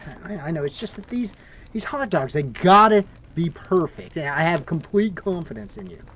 i mean i know, it's just these these hot dogs they got to be perfect. and i have complete confidence in you.